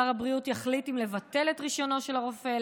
שר הבריאות יחליט אם לבטל את רישיונו של הרופא,